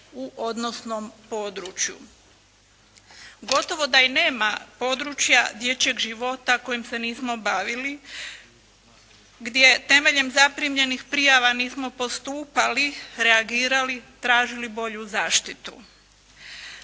u odnosnom području. Gotovo da i nema područja dječjeg života kojim se nismo bavili, gdje temeljem zaprimljenih prijava nismo postupali, reagirali, tražili bolju zaštitu.